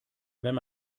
wenn